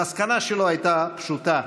המסקנה שלו הייתה פשוטה: